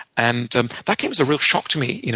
and and that came as a real shock to me, you know